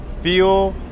feel